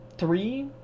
three